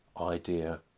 idea